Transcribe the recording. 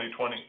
2020